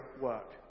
work